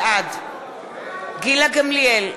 בעד גילה גמליאל,